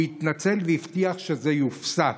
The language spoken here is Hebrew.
הוא התנצל והבטיח שזה יופסק.